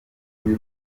n’uyu